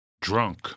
drunk